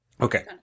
Okay